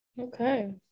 Okay